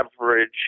average